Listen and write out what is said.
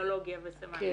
טרמינולוגיה וסמנטיקה.